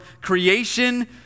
creation